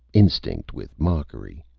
instinct with mockery.